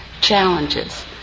challenges